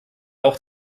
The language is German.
auch